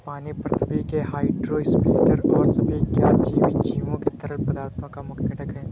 पानी पृथ्वी के हाइड्रोस्फीयर और सभी ज्ञात जीवित जीवों के तरल पदार्थों का मुख्य घटक है